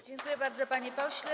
Dziękuję bardzo, panie pośle.